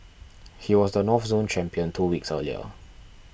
he was the North Zone champion two weeks earlier